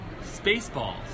Spaceballs